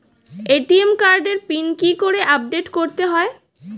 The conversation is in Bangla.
এ.টি.এম কার্ডের পিন কি করে আপডেট করতে হয়?